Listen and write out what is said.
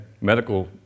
medical